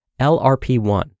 LRP1